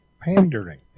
Pandering